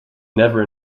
never